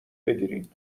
بگیرین